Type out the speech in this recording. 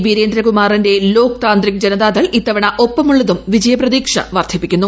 വീരേന്ദ്രകുമാറിന്റെ ലോക് താന്ത്രിക് ജനതാദൾ ഇത്തവണ ഒപ്പമുള്ളതും വിജയ പ്രതീക്ഷ വർധിപ്പിക്കുന്നു